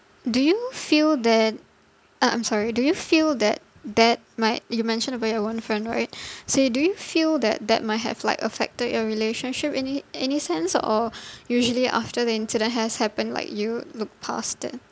do you feel that uh I'm sorry do you feel that that might you mentioned about your one friend right so you do you feel that that might have like affected your relationship any any sense or usually after the incident has happened like you look past it